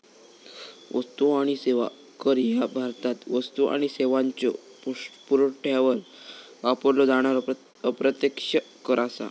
वस्तू आणि सेवा कर ह्या भारतात वस्तू आणि सेवांच्यो पुरवठ्यावर वापरलो जाणारो अप्रत्यक्ष कर असा